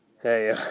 Hey